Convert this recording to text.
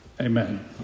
Amen